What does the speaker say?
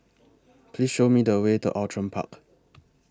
Please Show Me The Way to Outram Park